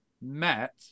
met